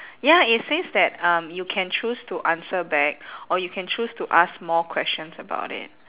ya it says that um you can choose to answer back or you can choose to ask more questions about it